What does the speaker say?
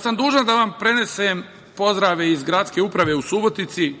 sam da vam prenesem pozdrave iz Gradske uprave u Subotici,